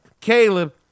Caleb